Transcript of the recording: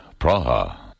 Praha